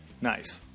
Nice